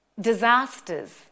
disasters